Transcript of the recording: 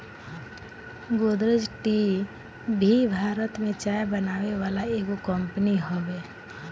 Godrej tea भी भारत में चाय बनावे वाला एगो कंपनी हवे